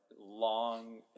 long